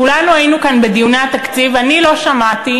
כולנו היינו כאן בדיוני התקציב, אני לא שמעתי,